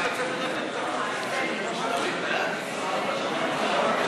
הצעת סיעת יש עתיד להביע אי-אמון בממשלה לא נתקבלה.